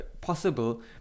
possible